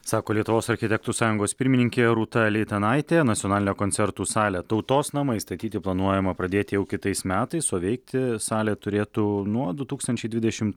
sako lietuvos architektų sąjungos pirmininkė rūta leitanaitė nacionalinė koncertų salė tautos namai statyti planuojama pradėti jau kitais metais o veikti salė turėtų nuo du tūkstančiai dvidešim